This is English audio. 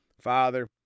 Father